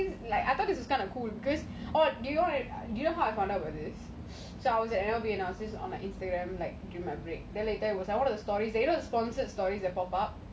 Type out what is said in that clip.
you know actually you know you know how I found out about so I was at instagram and there was this